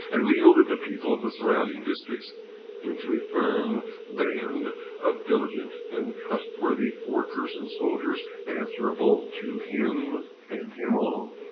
and welded the people of the surrounding districts into a firm band of diligent and trustworthy workers and soldiers, answerable to him and him alone.